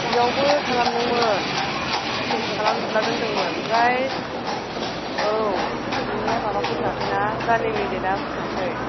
एयावबो खालामदोंमोन खालामजोबना दोन्दोंमोन आमफ्राइ औ बिनिया माबा फैथ'आखैना रानिंनि डेड आ फैथ'आखै